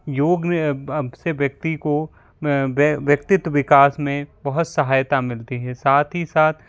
योग ने अब से व्यक्ति को व्यक्तित्व विकास में बहुत सहायता मिलती है साथ ही साथ